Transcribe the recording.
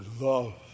love